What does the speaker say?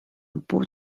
both